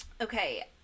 okay